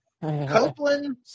Copeland